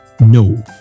no